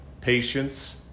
patience